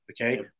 okay